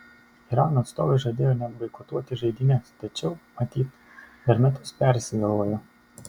irano atstovai žadėjo net boikotuoti žaidynes tačiau matyt per metus persigalvojo